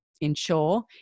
ensure